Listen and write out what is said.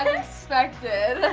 i suspected.